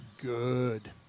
Good